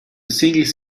singles